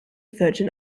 virgin